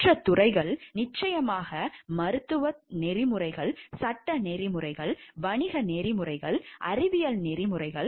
மற்ற துறைகள் நிச்சயமாக மருத்துவ நெறிமுறைகள் சட்ட நெறிமுறைகள் வணிக நெறிமுறைகள் அறிவியல் நெறிமுறைகள்